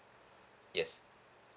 yes